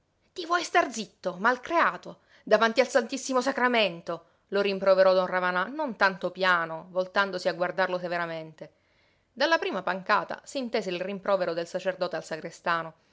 ti vuoi star zitto malcreato davanti al santissimo sacramento lo rimproverò don ravanà non tanto piano voltandosi a guardarlo severamente dalla prima pancata s'intese il rimprovero del sacerdote al sagrestano